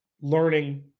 learning